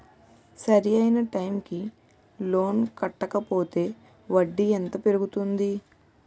సరి అయినా టైం కి లోన్ కట్టకపోతే వడ్డీ ఎంత పెరుగుతుంది?